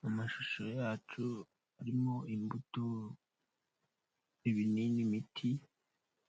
Mu mashusho yacu arimo imbuto, ibinini, imiti